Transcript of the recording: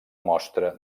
mostra